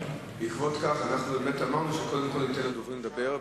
בעקבות זאת אמרנו שקודם כול ניתן לדוברים לדבר,